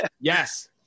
Yes